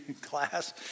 class